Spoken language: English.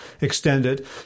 extended